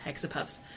hexapuffs